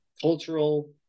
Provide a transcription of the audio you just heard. cultural